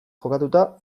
jokatuta